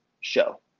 show